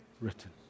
written